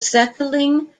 settling